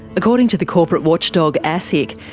according to the corporate watchdog asic,